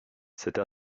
cette